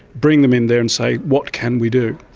bring them in there and say what can we do.